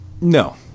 No